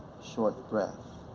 short breath,